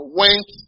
went